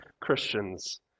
Christians